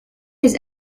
his